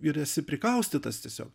ir esi prikaustytas tiesiog